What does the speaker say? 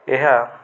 ଏହା